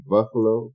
Buffalo